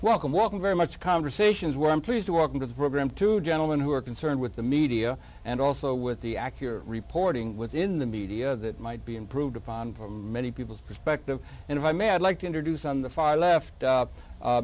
welcome welcome very much conversations where i'm pleased to welcome to the program two gentlemen who are concerned with the media and also with the accurate reporting within the media that might be improved upon for many people's perspective and if i may i'd like to introduce on the far left up